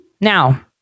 Now